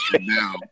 now